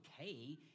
okay